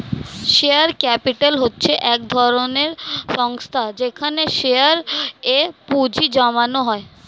share capital হচ্ছে এক ধরনের সংস্থা যেখানে শেয়ারে এ পুঁজি জমানো হয়